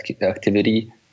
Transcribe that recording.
activity